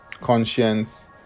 conscience